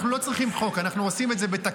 אנחנו לא צריכים חוק, אנחנו עושים את זה בתקנות.